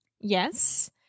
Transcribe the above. Yes